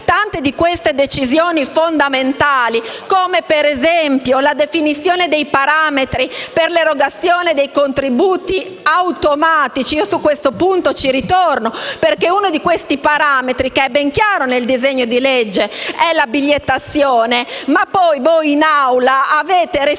prese delle decisioni fondamentali come, per esempio, la definizione dei parametri per l’erogazione dei contributi automatici. Su questo punto ci ritorno, perché uno di questi parametri, che è ben chiaro nel disegno di legge, è la bigliettazione. In Assemblea avete respinto